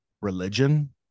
religion